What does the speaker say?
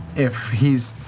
if he's,